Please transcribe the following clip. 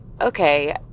okay